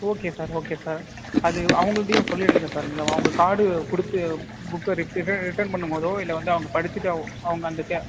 okay sir okay sir அது அவங்கள்ட்டையும் சொல்லிவிடுங்க சார் அவங்க கார்டு கொடுத்து புக்கை ரி ரிட்டர்ன் பண்ணும்போதோ இல்லை வந்து அவங்க படிச்சிவிட்டு அ அவங்க அந்த